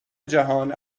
جهان